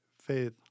faith